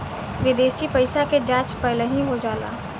विदेशी पइसा के जाँच पहिलही हो जाला